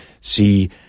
see